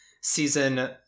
season